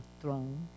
throne